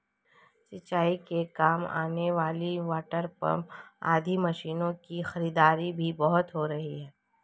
सिंचाई के काम आने वाले वाटरपम्प आदि मशीनों की खरीदारी भी बहुत हो रही है